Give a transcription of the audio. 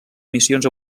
missions